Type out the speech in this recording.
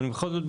אבל בכל זאת,